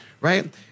right